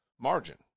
margin